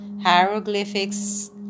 hieroglyphics